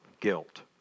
guilt